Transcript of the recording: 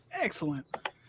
Excellent